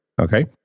Okay